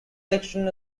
section